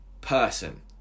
person